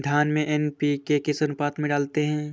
धान में एन.पी.के किस अनुपात में डालते हैं?